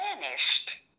vanished